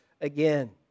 again